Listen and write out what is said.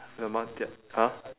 the mu~ their !huh!